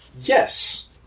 Yes